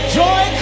joy